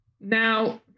Now